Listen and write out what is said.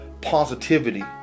positivity